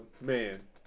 Man